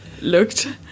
looked